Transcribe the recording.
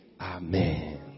Amen